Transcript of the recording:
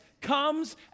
comes